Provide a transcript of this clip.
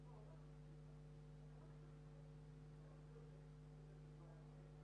של שימור דרך סבסוד תעסוקה בצורה כזאת או אחרת,